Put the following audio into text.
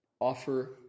offer